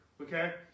Okay